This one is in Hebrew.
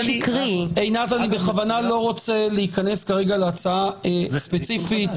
------ אני בכוונה לא רוצה להיכנס כרגע להצעה כי זה ספציפי.